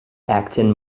actin